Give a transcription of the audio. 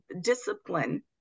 discipline